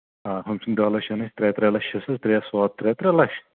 آ ہُم سٕنٛدۍ دَہ لَچھ یِن اَسہِ ترٛےٚ ترٛےٚ لَچھ حِصَس ترٛےٚ ساد ترٛےٚ ترٛےٚ لَچھ